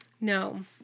No